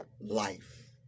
life